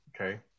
Okay